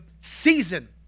season